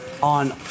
On